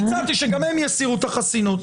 הצעתי שגם הם יסירו את החסינות.